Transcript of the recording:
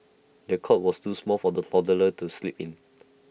the cot was too small for the toddler to sleep in